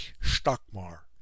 Stockmar